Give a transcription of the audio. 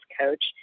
coach